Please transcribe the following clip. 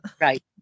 Right